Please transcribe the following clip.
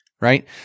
Right